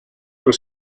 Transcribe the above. los